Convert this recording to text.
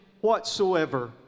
whatsoever